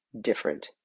different